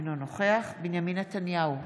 אינו נוכח בנימין נתניהו,